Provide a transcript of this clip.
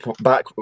back